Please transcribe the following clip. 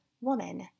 woman